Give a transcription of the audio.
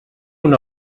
una